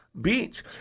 beach